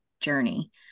journey